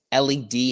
led